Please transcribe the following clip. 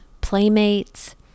playmates